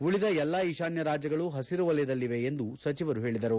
ಉಳಿದ ಎಲ್ಲಾ ಈಶಾನ್ಯ ರಾಜ್ಯಗಳು ಹಸಿರುವಲಯದಲ್ಲಿವೆ ಎಂದು ಸಚಿವರು ಹೇಳಿದರು